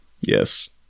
Yes